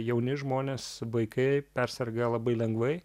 jauni žmonės vaikai perserga labai lengvai